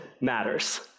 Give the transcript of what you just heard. matters